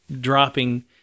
dropping